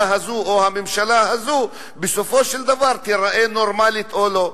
הזו או הממשלה הזו בסופו של דבר תיראה נורמלית או לא.